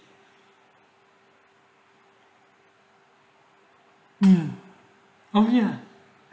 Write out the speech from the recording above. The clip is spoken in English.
mm oh ya